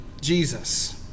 Jesus